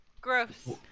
Gross